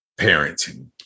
parenting